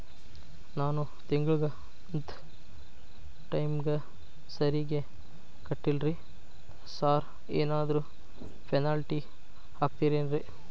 ನಾನು ತಿಂಗ್ಳ ಕಂತ್ ಟೈಮಿಗ್ ಸರಿಗೆ ಕಟ್ಟಿಲ್ರಿ ಸಾರ್ ಏನಾದ್ರು ಪೆನಾಲ್ಟಿ ಹಾಕ್ತಿರೆನ್ರಿ?